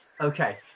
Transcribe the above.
Okay